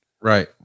Right